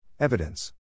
Evidence